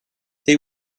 they